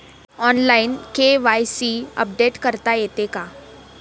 Online KYC update करता येते का?